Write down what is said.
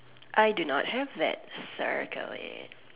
I do not have that circle it